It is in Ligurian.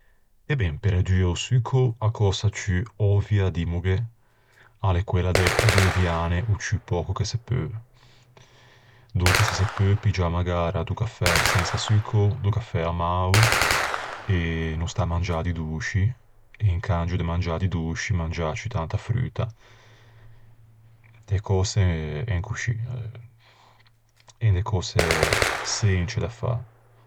E ben, pe redue o succao a cösa ciù òvvia, dimmoghe, a quella de deuviâne o ciù pöco che se peu. Donca se se peu piggiâ magara do cafè sensa succao, do cafè amao. E no stâ à mangiâ di dôsci. E incangio de mangiâ di dôsci, mangiâ ciù tanta fruta. E cöse en coscì. En de cöse sence da fâ.